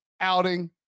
outing